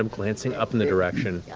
um glancing up in the direction. yeah